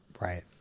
Right